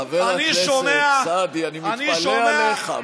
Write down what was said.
חבר הכנסת סעדי, אני מתפלא עליך.